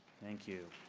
thank you.